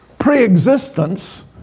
pre-existence